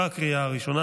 לקריאה הראשונה.